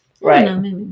Right